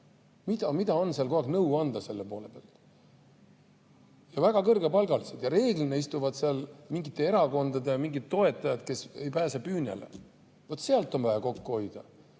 Mida on seal kogu aeg nõu anda selle poole pealt? Ja väga kõrgepalgalised. Reeglina istuvad seal mingite erakondade toetajad, kes ei pääse püünele. Vaat sealt on vaja kokku hoida.